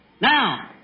Now